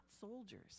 soldiers